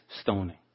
stoning